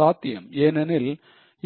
இது சாத்தியம் ஏனெனில்